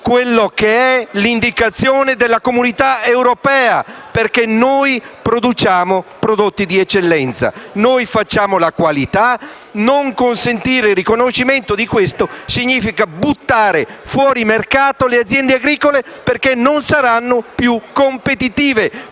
proni l'indicazione dell'Unione europea perché noi produciamo prodotti di eccellenza. Noi realizziamo prodotti di qualità e non consentire il riconoscimento di questo significa buttare fuori mercato le aziende agricole perché non saranno più competitive.